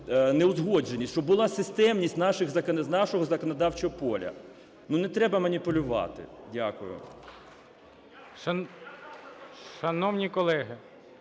неузгодженість, щоб була системність наших… нашого законодавчого поля. Ну не треба маніпулювати. Дякую.